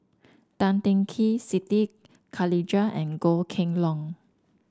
Tan Teng Kee Siti Khalijah and Goh Kheng Long